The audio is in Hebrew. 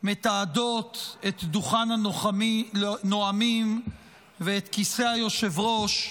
מתעדות את דוכן הנואמים ואת כיסא היושב-ראש,